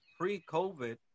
pre-COVID